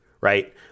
right